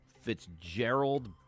Fitzgerald